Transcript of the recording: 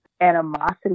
animosity